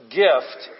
gift